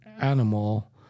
animal